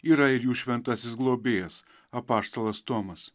yra ir jų šventasis globėjas apaštalas tomas